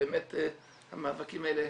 שבאמת המאבקים האלה